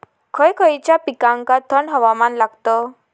खय खयच्या पिकांका थंड हवामान लागतं?